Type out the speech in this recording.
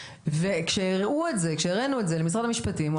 וכשהראינו את זה למשרד המשפטים הוא